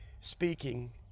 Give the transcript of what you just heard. speaking